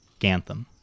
Gantham